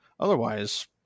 Otherwise